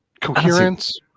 coherence